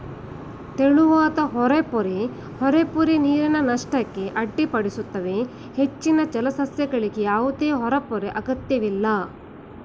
ತೆಳುವಾದ ಹೊರಪೊರೆ ಹೊರಪೊರೆ ನೀರಿನ ನಷ್ಟಕ್ಕೆ ಅಡ್ಡಿಪಡಿಸುತ್ತವೆ ಹೆಚ್ಚಿನ ಜಲಸಸ್ಯಗಳಿಗೆ ಯಾವುದೇ ಹೊರಪೊರೆ ಅಗತ್ಯವಿಲ್ಲ